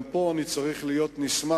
גם פה אני צריך להיות נסמך,